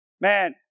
man